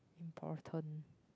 important